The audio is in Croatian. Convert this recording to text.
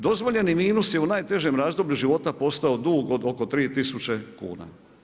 Dozvoljeni minus je u najtežem razdoblju života postao dug od oko 3000 kn.